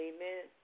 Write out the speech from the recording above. Amen